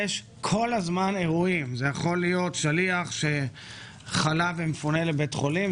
יש כל הזמן אירועים: זה יכול להיות שליח שחלה ומפונה לבית חולים,